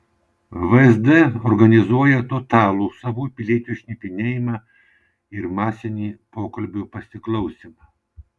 vsd organizuoja totalų savų piliečių šnipinėjimą ir masinį pokalbių pasiklausymą